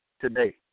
today